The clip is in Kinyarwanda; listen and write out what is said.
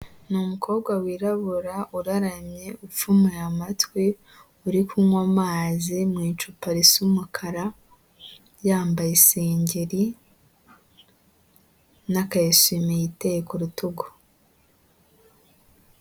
Ni umukobwa wirabura uraramye, ucumuye amatwi, uri kunywa amazi mu icupa risu umukara, yambaye isengeri n'akayiswime yiteye ku rutugu.